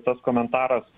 tas komentaras